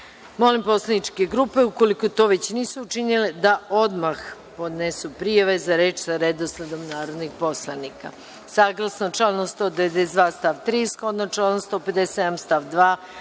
poslaničke grupe, ukoliko to već nisu učinile, da odmah podnesu prijave za reč sa redosledom narodnih poslanika. Saglasno članu 192. stav 3, shodno članu 157. stav 2.